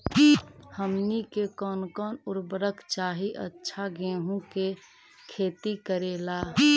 हमनी के कौन कौन उर्वरक चाही अच्छा गेंहू के खेती करेला?